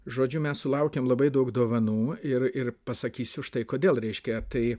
žodžiu mes sulaukiame labai daug dovanų ir ir pasakysiu štai kodėl reiškia tai